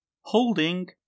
holding